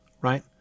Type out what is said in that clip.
right